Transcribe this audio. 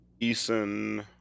Eason